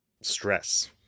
stress